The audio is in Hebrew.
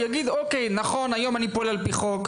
הוא יגיד: "היום אני פועל על פי חוק,